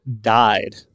died